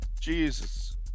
Jesus